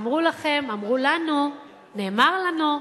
אמרו לכם, אמרו לנו, נאמר לנו,